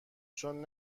چون